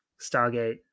Stargate